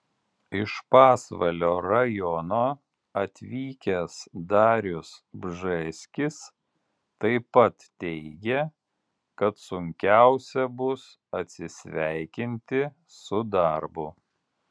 iš pasvalio rajono atvykęs darius bžėskis taip pat teigė kad sunkiausia bus atsisveikinti su darbu